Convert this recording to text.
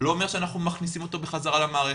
לא אומרת שאנחנו מכניסים אותו חזרה למערכת.